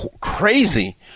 crazy